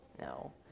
No